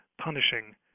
punishing